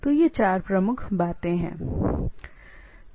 तो ये चार प्रमुख बातें हैं